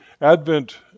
Advent